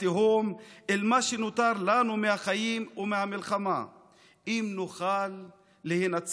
התהום / אל מה שנותר לנו מהחיים / ומהמלחמה / אם נוכל להינצל!